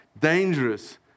dangerous